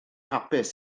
hapus